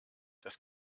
das